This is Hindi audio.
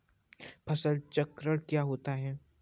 फसल चक्रण क्या होता है?